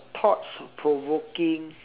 thought provoking